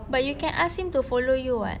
but you can ask him to follow you [what]